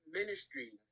ministry